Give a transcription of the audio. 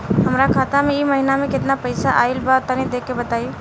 हमरा खाता मे इ महीना मे केतना पईसा आइल ब तनि देखऽ क बताईं?